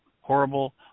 horrible